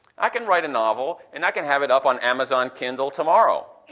i can write a novel, and i can have it up on amazon kindle tomorrow,